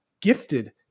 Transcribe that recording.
gifted